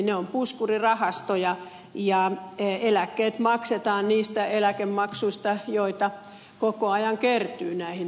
ne ovat puskurirahastoja ja eläkkeet maksetaan niistä eläkemaksuista joita koko ajan kertyy näihin eläkeyhtiöihin